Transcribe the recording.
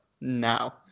now